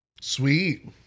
Sweet